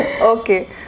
Okay